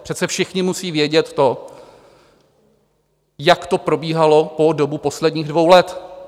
Přece všichni musí vědět to, jak to probíhalo po dobu posledních dvou let.